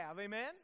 Amen